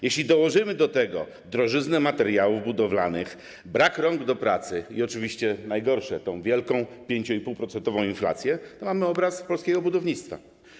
Jeśli dołożymy do tego drożyznę materiałów budowlanych, brak rąk do pracy i oczywiście najgorsze, tę wielką, 5,5-procentową inflację, mamy obraz polskiego budownictwa.